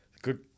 Good